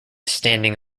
standing